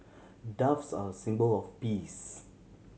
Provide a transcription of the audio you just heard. doves are a symbol of peace